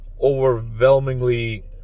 overwhelmingly